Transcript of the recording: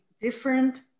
different